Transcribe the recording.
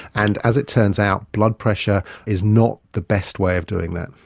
and, as it turns out, blood pressure is not the best way of doing that.